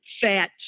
fat